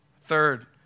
Third